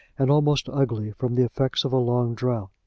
and almost ugly, from the effects of a long drought.